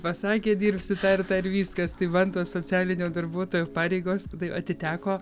pasakė dirbsi tą ir tą ir viskas tai man to socialinio darbuotojo pareigos atiteko